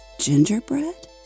gingerbread